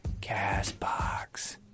CastBox